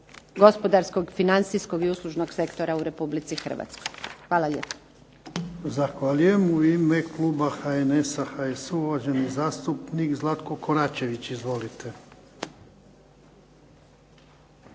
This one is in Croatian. gospodarskog, financijskog i uslužnog sektora u RH. Hvala lijepa. **Jarnjak, Ivan (HDZ)** Zahvaljujem. U ime kluba HNS-a, HSU-a uvaženi zastupnik Zlatko Koračević. Izvolite.